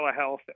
telehealth